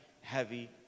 heavy